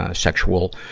ah sexual,